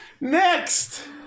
Next